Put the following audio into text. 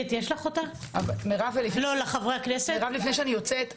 לפני שאני יוצאת,